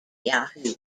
yahoo